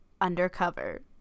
Undercover